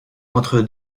entre